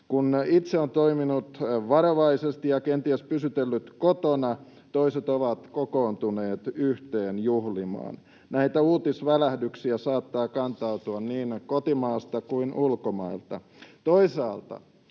kun itse on toiminut varovaisesti ja kenties pysytellyt kotona, niin toiset ovat kokoontuneet yhteen juhlimaan. Näitä uutisvälähdyksiä saattaa kantautua niin kotimaasta kuin ulkomailta. Toisaalta